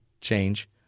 change